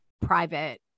private